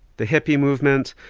the hippy movement,